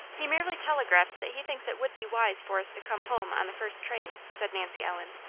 he merely telegraphs that he thinks it would be wise for us to come home on the first train, said nancy ellen.